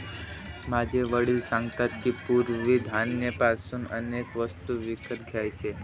माझे वडील सांगतात की, पूर्वी धान्य पासून अनेक वस्तू विकत घ्यायचे